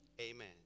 amen